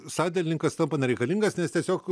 sandėlininkas tampa nereikalingas nes tiesiog